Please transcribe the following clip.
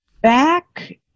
back